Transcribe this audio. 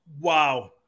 wow